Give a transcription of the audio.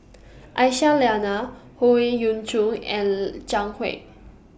Aisyah Lyana Howe Yoon Chong and Zhang Hui